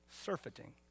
Surfeiting